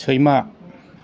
सैमा